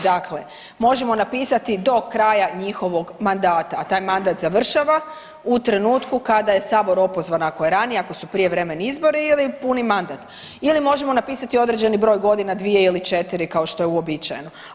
Dakle, možemo napisati do kraja njihovog mandata, a taj mandat završava u trenutku kada je sabor opozvan ako je ranije, ako su prijevremeni izbori ili puni mandat ili možemo napisati određeni broj godina dvije ili četiri kao što je uobičajeno.